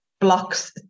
blocks